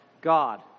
God